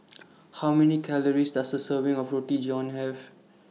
How Many Calories Does A Serving of Roti John Have